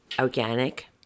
organic